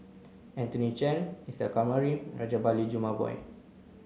Anthony Chen Isa Kamari Rajabali Jumabhoy